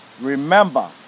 remember